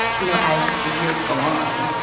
you know, as the years go on.